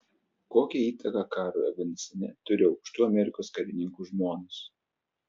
kokią įtaką karui afganistane turi aukštų amerikos karininkų žmonos